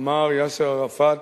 אמר יאסר ערפאת